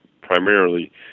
primarily